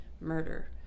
murder